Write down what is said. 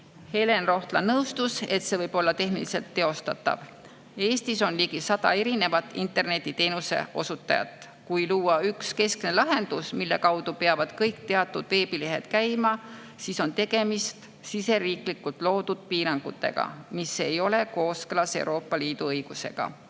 Helen Rohtla nõustus, et see võib olla tehniliselt teostatav. Eestis on ligi 100 erinevat internetiteenuse osutajat. Kui luua [meil] üks keskne lahendus, mille kaudu peavad kõik teatud veebilehed käima, siis on aga tegemist siseriiklikult loodud piiranguga, mis ei ole kooskõlas Euroopa Liidu õigusega.